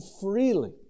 freely